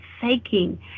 faking